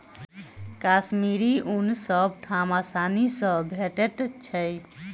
कश्मीरी ऊन सब ठाम आसानी सँ भेटैत छै